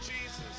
Jesus